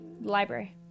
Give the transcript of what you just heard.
Library